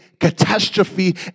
catastrophe